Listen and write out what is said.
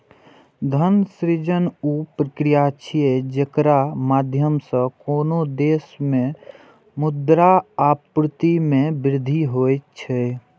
धन सृजन ऊ प्रक्रिया छियै, जेकरा माध्यम सं कोनो देश मे मुद्रा आपूर्ति मे वृद्धि होइ छै